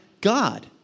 God